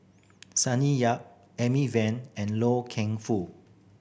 Sonny Yap Amy Van and Loy Keng Foo